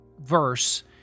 verse